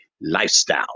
lifestyle